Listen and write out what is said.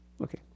okay